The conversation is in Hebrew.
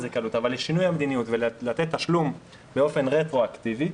זה כעלות אבל לשינוי המדיניות ולתת תשלום באופן רטרואקטיבי,